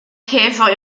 käfer